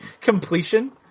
Completion